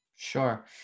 Sure